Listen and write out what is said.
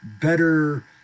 better